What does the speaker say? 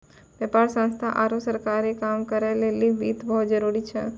व्यापार संस्थान आरु सरकारी काम करै लेली वित्त बहुत जरुरी छै